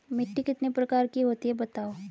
मिट्टी कितने प्रकार की होती हैं बताओ?